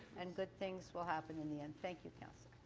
and good things will happen in the end. thank you, councillor.